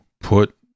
put